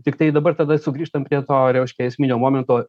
tiktai dabar tada sugrįžtam prie to reiškia esminio momento